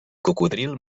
cocodril